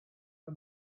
the